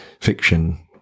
fiction